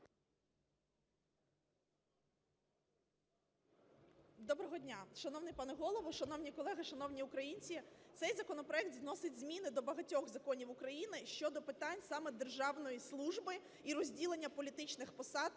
Доброго дня, шановний пане Голово, шановні колеги, шановні українці! Цей законопроект вносить зміни до багатьох законів України щодо питань саме державної служби і розділення політичних посад